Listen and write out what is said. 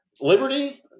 Liberty